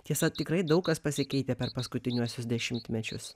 tiesa tikrai daug kas pasikeitė per paskutiniuosius dešimtmečius